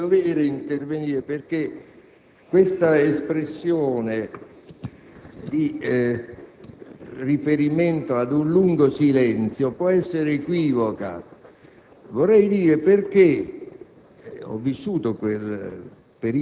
Presidente, credo sia mio dovere intervenire perché l'espressione che fa riferimento ad un lungo silenzio può essere equivoca. Vorrei spiegare